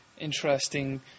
interesting